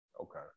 Okay